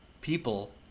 people